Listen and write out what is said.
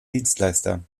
dienstleister